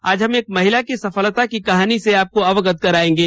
आज हम महिला की सफलता की कहानी से आपको अवगत करेंगे